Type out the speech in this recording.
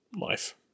life